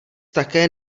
také